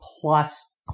plus